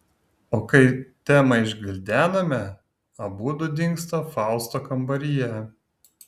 o kai temą išgvildename abudu dingsta fausto kambaryje